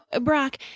Brock